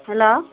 hello